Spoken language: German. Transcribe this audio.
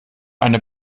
eine